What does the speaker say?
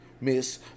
miss